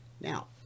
Now